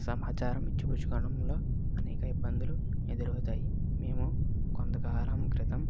సమాచారం ఇచ్చిపుచ్చుకోవడంలో అనేక ఇబ్బందులు ఎదురవుతాయి మేము కొంత కాలం క్రితం